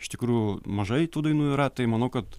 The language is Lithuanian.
iš tikrųjų mažai tų dainų yra tai manau kad